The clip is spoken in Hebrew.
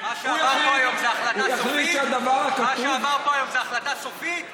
מה שעבר פה היום זה החלטה סופית?